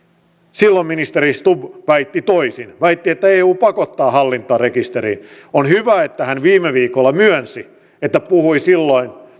silloin ministeri stubb väitti toisin väitti että eu pakottaa hallintarekisteriin on hyvä että hän viime viikolla myönsi että puhui silloin